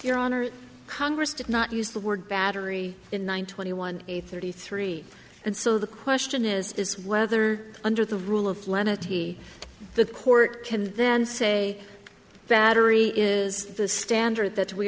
your honor congress did not use the word battery in one twenty one eight thirty three and so the question is whether under the rule of lenity the court can then say battery is the standard that we